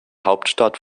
hauptstadt